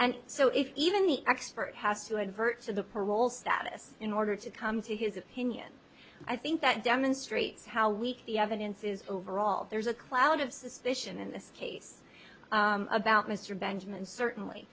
and so if even the expert has to invert the parole status in order to come to his opinion i think that demonstrates how weak the evidence is overall there's a cloud of suspicion in this case about mr benjamin certainly